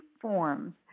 forms